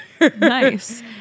Nice